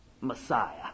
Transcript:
Messiah